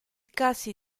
casi